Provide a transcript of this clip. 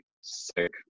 sick